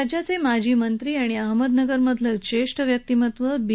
राज्याचे माजी मंत्री आणि अहमदनगर मधील जेष्ठ व्यक्तिमत्व बी